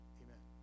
amen